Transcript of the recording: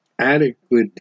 adequate